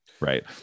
Right